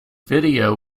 video